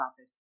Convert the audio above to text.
Office